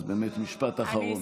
אז באמת משפט אחרון.